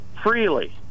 Freely